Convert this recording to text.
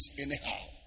anyhow